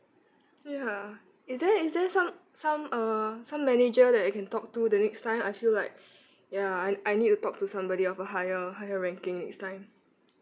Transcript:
ya is there is there some some uh some manager that I can talk to the next time I feel like ya I I need to talk to somebody of a higher higher ranking next time